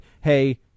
hey